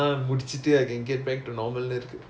okay